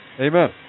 Amen